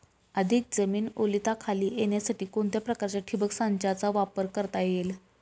अधिक जमीन ओलिताखाली येण्यासाठी कोणत्या प्रकारच्या ठिबक संचाचा वापर करता येईल?